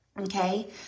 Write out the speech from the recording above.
Okay